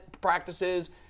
practices